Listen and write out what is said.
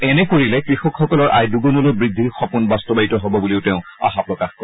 এনে কৰিলে কৃষকসকলৰ আয় দুগুণলৈ বৃদ্ধিৰ সপোন বাস্তৱায়িত হ'ব বুলি তেওঁ আশা প্ৰকাশ কৰে